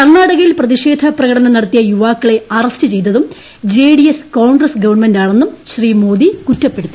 കർണാടകയിൽ പ്രതിഷേധ പ്രകടനം നടത്തിയ യുവാക്കളെ അറസ്റ്റ് ചെയ്തതും ജെ ഡി എസ് കോൺഗ്രസ് ഗവൺമെന്റാണെന്നും ശ്രീ മോദി കുറ്റപ്പെടുത്തി